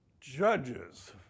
Judges